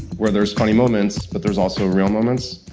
where there's funny moments, but there's also real moments.